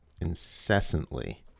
incessantly